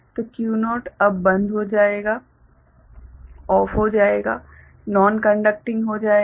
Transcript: तो Q0 अब बंद हो जाएगा नॉन कंडक्टिंग हो जाएगा